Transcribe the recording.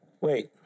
Wait